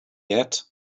yet